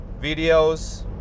videos